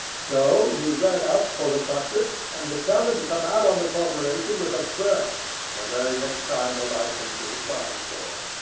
so he read up for the subject, and determined to come out on the corporation with a burst, the very next time the licence was applied for.